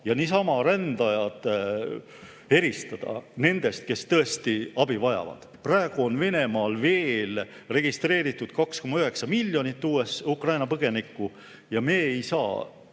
ja niisama rändajad eristada nendest, kes tõesti abi vajavad. Praegu on Venemaal registreeritud 2,9 miljonit Ukraina põgenikku. Me ei saa